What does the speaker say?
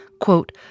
quote